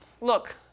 Look